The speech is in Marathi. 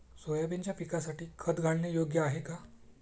सोयाबीनच्या पिकासाठी खत घालणे योग्य आहे का?